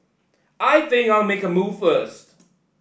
I think you'll make a move first